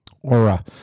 aura